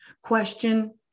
question